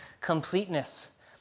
completeness